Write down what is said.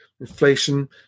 inflation